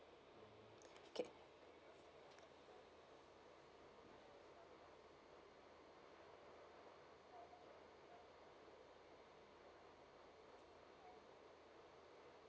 okay